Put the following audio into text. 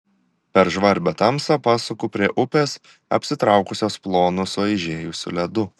per žvarbią tamsą pasuku prie upės apsitraukusios plonu sueižėjusiu ledu